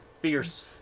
fierce